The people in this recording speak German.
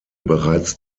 bereits